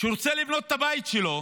שרוצה לבנות את הבית שלו,